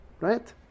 right